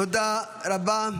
תודה רבה.